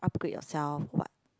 upgrade yourself what